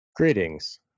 Greetings